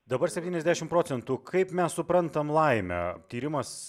dabar septyniasdešim procentų kaip mes suprantam laimę tyrimas